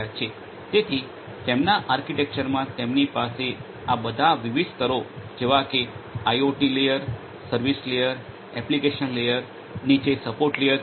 તેથી તેમના આર્કિટેક્ચરમાં તેમની પાસે આ બધાં વિવિધ સ્તરો જેવા કે IoT layer service layer application layer નીચે સપોર્ટ લેયર છે